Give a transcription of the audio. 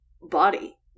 body